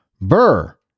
Burr